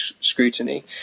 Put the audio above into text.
scrutiny